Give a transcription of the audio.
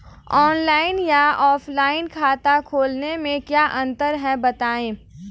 Online या offline खाता खोलने में क्या अंतर है बताएँ?